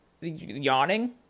yawning